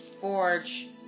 forge